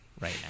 right